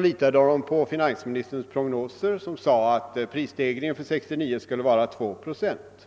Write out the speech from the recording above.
litade de på finansministerns prognoser, som spådde att prisstegringen detta år skulle bli 2 procent.